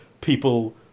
people